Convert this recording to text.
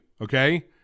okay